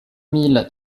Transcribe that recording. mille